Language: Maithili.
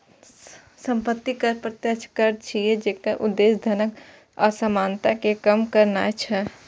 संपत्ति कर प्रत्यक्ष कर छियै, जेकर उद्देश्य धनक असमानता कें कम करनाय छै